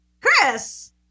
Chris